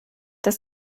das